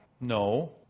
No